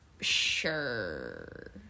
sure